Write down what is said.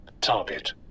target